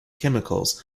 chemicals